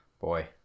boy